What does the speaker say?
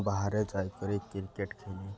ବାହାରେ ଯାଇକରି କ୍ରିକେଟ୍ ଖେଳି